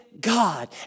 God